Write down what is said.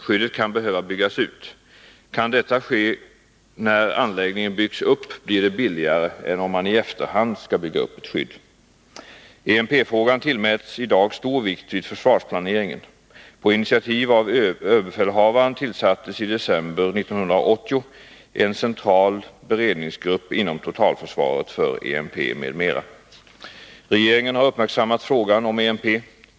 Skyddet kan behöva byggas ut. Kan detta ske när anläggningen byggs upp blir det billigare än om man i efterhand skall bygga ett skydd. EMP-frågan tillmäts i dag stor vikt vid försvarsplaneringen. På initiativ av ÖB tillsattes i december 1980 en central beredningsgrupp inom totalförsvaret för EMP m.m. Regeringen har uppmärksammat frågan om EMP.